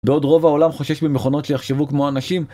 ועוד רוב העולם חושש במכונות שיחשבו כמו אנשים